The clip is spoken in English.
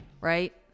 right